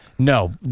No